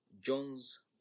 Jones